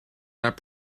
that